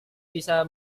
bisa